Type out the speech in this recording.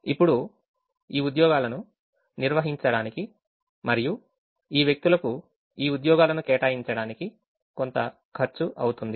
ఇప్పుడు ఈ ఉద్యోగాలను నిర్వహించడానికి మరియు ఈ వ్యక్తులకు ఈ ఉద్యోగాలను కేటాయించడానికి కొంత ఖర్చు అవుతుంది